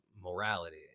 morality